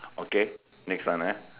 okay next one ah